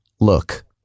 look